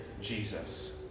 Jesus